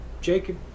Jacob